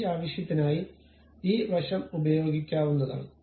ഈ ആവശ്യത്തിനായി ഈ വശം ഉപയോഗിക്കാവുന്നതാണ്